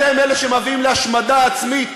אתם אלה שמביאים להשמדה עצמית,